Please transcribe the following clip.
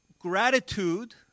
Gratitude